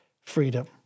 Freedom